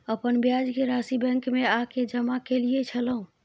अपन ब्याज के राशि बैंक में आ के जमा कैलियै छलौं?